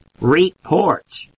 report